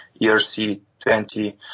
ERC20